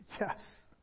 Yes